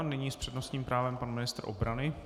Nyní s přednostním právem pan ministr obrany.